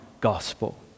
gospel